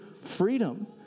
freedom